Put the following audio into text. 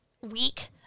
week